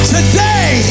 Today